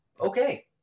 Okay